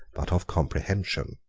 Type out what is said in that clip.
but of comprehension.